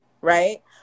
Right